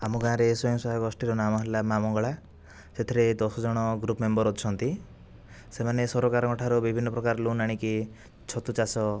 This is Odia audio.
ଆମ ଗାଁ ରେ ସ୍ୱୟଂ ସହାୟକ ଗୋଷ୍ଠୀର ନାମ ହେଲା ମା ମଙ୍ଗଳା ସେଥିରେ ଦଶ ଜଣ ଗ୍ରୁପ ମେମ୍ବର ଅଛନ୍ତି ସେମାନେ ସରକାରଙ୍କଠାରୁ ବିଭିନ୍ନ ପ୍ରକାର ଲୋନ୍ ଆଣିକି ଛତୁ ଚାଷ